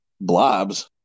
Blobs